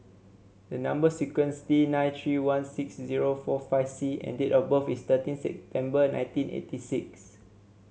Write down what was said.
the number sequence T nine three one six zero four five C and date of birth is thirteen September and nineteen eighty six